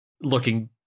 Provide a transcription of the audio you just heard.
looking